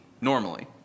normally